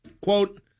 quote